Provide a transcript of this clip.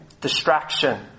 distraction